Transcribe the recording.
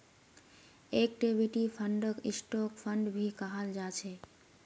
equity फंडक stock fund भी कहाल जा छे